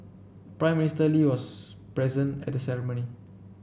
Prime Minister Lee was present at the ceremony